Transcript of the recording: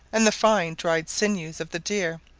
and the fine dried sinews of the deer,